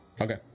Okay